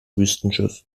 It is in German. wüstenschiff